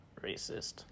racist